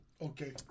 Okay